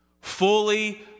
fully